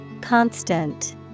Constant